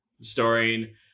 starring